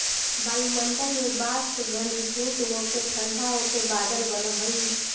वायुमण्डल में वाष्प घनीभूत होके ठण्ढा होके बादल बनऽ हई